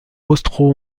austro